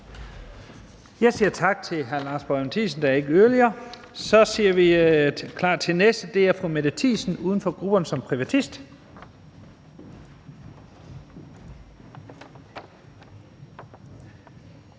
Jeg siger tak til hr. Lars Boje Mathiesen. Der er ikke yderligere. Så er vi klar til den næste, og det er fru Mette Thiesen, uden for grupperne, som privatist.